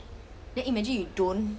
the imagery you don't